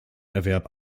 erwerb